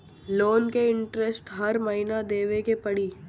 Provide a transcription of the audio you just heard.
Loan के interest हर महीना देवे के पड़ी?